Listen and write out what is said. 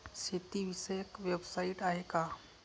शेतीविषयक वेबसाइट आहे का?